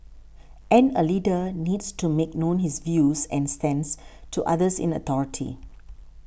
and a leader needs to make known his views and stance to others in authority